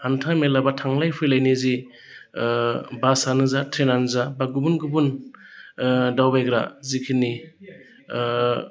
हान्था मेला बा थांलाय फैलायनि जि बासानो जा ट्रेनानो जा बा गुबुन गुबुन दावबायग्रा जिखिनि